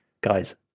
guys